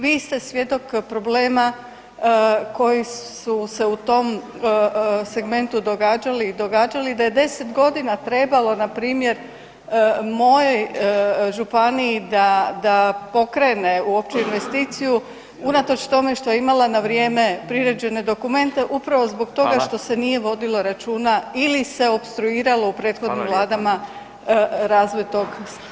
Vi ste svjedok problema koji su se u tom segmentu događali i događali, da je 10 godina trebalo na primjer moje županije pokrene uopće investiciju unatoč tome što je imala na vrijeme priređene dokumente upravo zbog toga što se [[Upadica Radin: Hvala.]] nije vodilo računa ili se opstruiralo u prethodnim vladama razvoj tog.